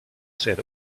said